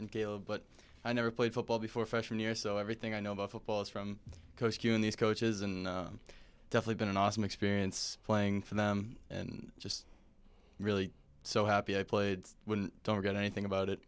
but i never played football before freshman year so everything i know about football is from coast to in these coaches and deathly been an awesome experience playing for them and just really so happy i played don't get anything about